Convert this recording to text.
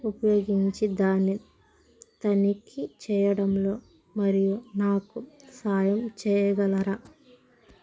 ఉపయోగించి దాన్ని తనిఖీ చేయడంలో మీరు నాకు సాయం చేయగలరా